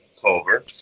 Culver